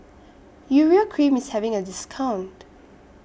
Urea Cream IS having A discount